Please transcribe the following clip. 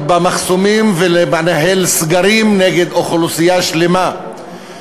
במחסומים ולנהל סגרים נגד אוכלוסייה שלמה.